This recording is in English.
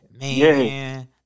Man